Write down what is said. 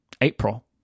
April